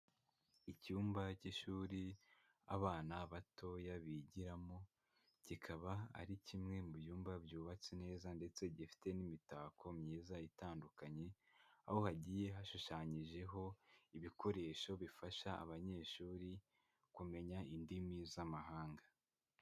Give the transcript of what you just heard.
Icyumba cy'ishuri abana batoya bigiramo kikaba ari kimwe mu byumba byubatse neza ndetse gifite n'imitako myiza itandukanye aho hagiye hashushanyijeho ibikoresho bifasha abanyeshuri kumenya indimi z'amahanga.